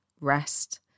rest